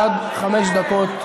עד חמש דקות לרשותך.